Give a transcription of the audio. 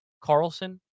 Carlson